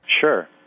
Sure